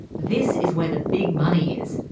this is where the big money is,